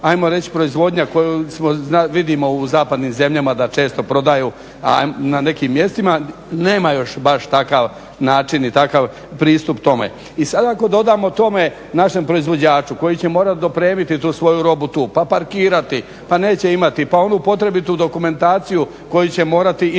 ajmo reći proizvodnja koju vidimo u zapadnim zemljama da često prodaju na nekim mjestima, nema još baš takav način i takav pristup tome. I sada ako dodamo tome, našem proizvođaču koji će morati dopremiti tu svoju robu tu pa parkirati pa neće imati pa onu potrebitu dokumentaciju koju će morati imati